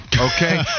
okay